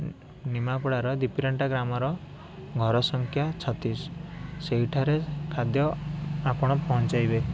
ନିମାପଡ଼ାର ଦୀପ୍ତିରେଣ୍ଟା ଗ୍ରାମର ଘର ସଂଖ୍ୟା ଛତିଶ ସେଇଠାରେ ଖାଦ୍ୟ ଆପଣ ପହଞ୍ଚାଇବେ